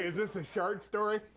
is this a shart story?